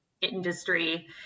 industry